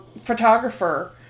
photographer